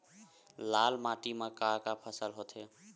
लाल माटी म का का फसल होथे?